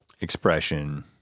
expression